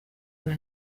bwa